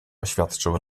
oświadczył